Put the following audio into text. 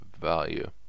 value